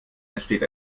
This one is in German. entsteht